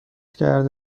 کرده